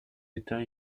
états